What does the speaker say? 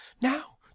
Now